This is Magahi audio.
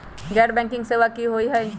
गैर बैंकिंग सेवा की होई?